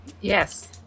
yes